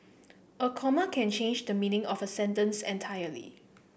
a comma can change the meaning of a sentence entirely